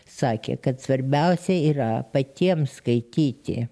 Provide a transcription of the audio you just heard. sakė kad svarbiausia yra patiems skaityti